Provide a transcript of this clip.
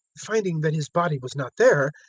finding that his body was not there,